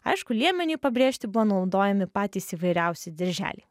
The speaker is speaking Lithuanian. aišku liemeniui pabrėžti buvo naudojami patys įvairiausi dirželiai